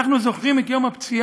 אנחנו זוכרים את יום הפציעה,